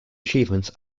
achievements